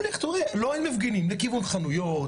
לכיוון חנויות,